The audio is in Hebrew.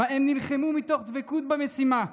מה הם נלחמו מתוך דבקות במשימה,